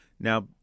Now